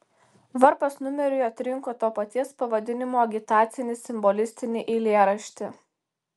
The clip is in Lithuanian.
varpas numeriui atrinko to paties pavadinimo agitacinį simbolistinį eilėraštį